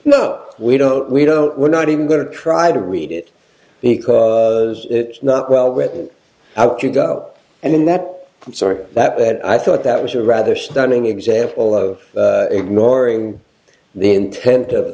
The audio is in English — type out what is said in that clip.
no we don't we don't we're not even going to try to read it because it's not well written how to go and in that i'm sorry for that but i thought that was a rather stunning example of ignoring the intent of